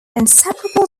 inseparable